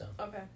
Okay